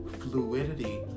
fluidity